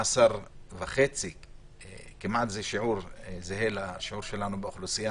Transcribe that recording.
18.5% שזה כמעט שיעור זהה לשיעור שלנו באוכלוסייה